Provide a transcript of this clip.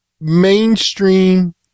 mainstream